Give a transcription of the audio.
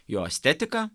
jo estetika